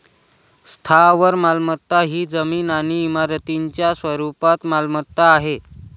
स्थावर मालमत्ता ही जमीन आणि इमारतींच्या स्वरूपात मालमत्ता आहे